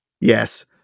Yes